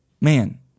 man